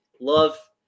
Love